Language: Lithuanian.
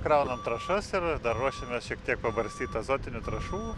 kraunam trąšas ir dar ruošiamės šiek tiek pabarstyt azotinių trąšų